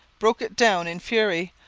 broke it down in fury,